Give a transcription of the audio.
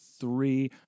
three